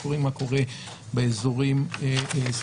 אנחנו רואים מה קורה באזורים סביבנו.